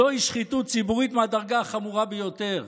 זוהי שחיתות ציבורית מהדרגה החמורה ביותר,